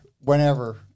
whenever